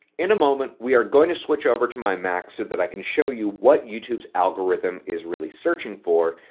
in a moment we are going to switch over to my mac so that i can show you what youtube's algorithm is really searching for,